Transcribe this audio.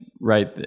right